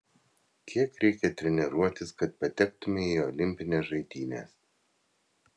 kiek reikia treniruotis kad patektumei į olimpines žaidynes